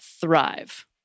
Thrive